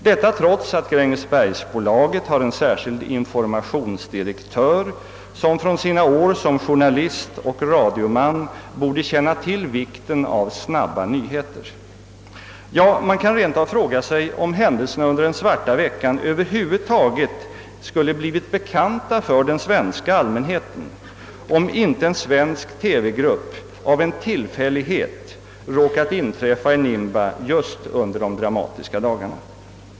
Detta trots att Grängesbergsbolaget har en särskild informationsdirektör, som från sina år som journalist och radioman borde känna till vikten av snabba nyheter. Ja, man kan rent av fråga sig om händelserna under den svarta veckan över huvud taget skulle ha blivit bekanta för den svenska allmänheten, om inte en svensk TV-grupp av en tillfällighet råkat inträffa i Nimba just under de dra matiska dagarna.